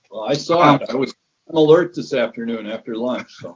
i saw it. i was and alert this afternoon after lunch.